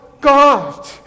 God